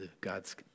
God's